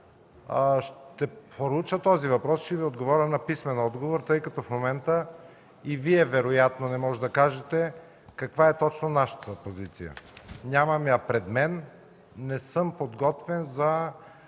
ще проуча този въпрос и ще Ви отговоря с писмен отговор, тъй като вероятно и Вие в момента не можете да кажете каква е точно нашата позиция. Нямам я пред мен. Не съм подготвен за